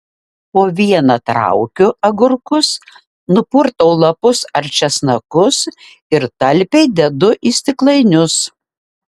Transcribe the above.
po vieną traukiu agurkus nupurtau lapus ar česnakus ir talpiai dedu į stiklainius